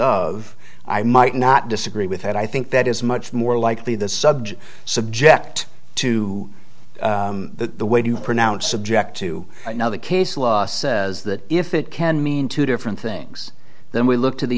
of i might not disagree with that i think that is much more likely the subject subject to the way you pronounce subject to another case law says that if it can mean two different things then we look to the